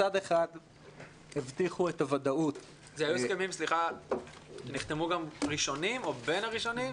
מצד אחד הבטיחו את הוודאות --- הם נחתמו ראשונים או בין הראשונים?